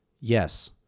yes